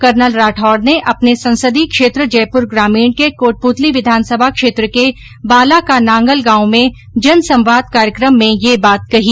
colonel Rathore ने अपने संसदीय क्षेत्र जयपुर ग्रामीण के कोटपूतली विघानसभा क्षेत्र के बाला का नांगल गांव में जनसंवाद कार्यक्रम में यह बात कही